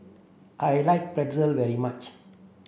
I like Pretzel very much